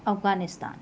Afghanistan